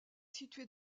située